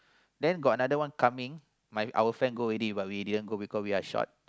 then got another one coming my our friend go already but we didn't go because we are short